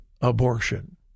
abortion